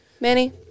Manny